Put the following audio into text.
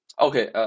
Okay